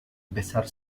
besar